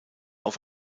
auf